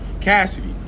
Cassidy